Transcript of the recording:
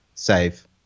save